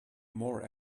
more